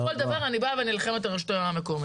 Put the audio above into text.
וכל דבר אני באה ונלחמת לרשות המקומית.